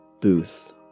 booth